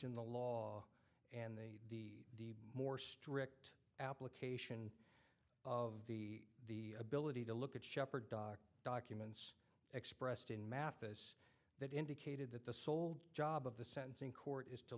in the law and the more strict application of the ability to look at shepherd dog documents expressed in mathis that indicated that the sole job of the sentencing court is to